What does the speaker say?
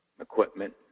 equipment